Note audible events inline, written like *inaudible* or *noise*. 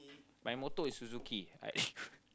my motto is Suzuki I *noise*